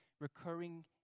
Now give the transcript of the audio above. recurring